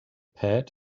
pad